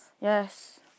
Yes